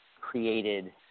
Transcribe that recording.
created –